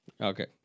Okay